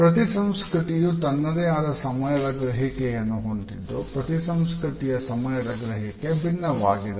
ಪ್ರತಿ ಸಂಸ್ಕೃತಿಯು ತನ್ನದೇ ಆದ ಸಮಯದ ಗ್ರಹಿಕೆಯನ್ನು ಹೊಂದಿದ್ದು ಪ್ರತಿ ಸಂಸ್ಕೃತಿಯ ಸಮಯದ ಗ್ರಹಿಕೆ ಭಿನ್ನವಾಗಿದೆ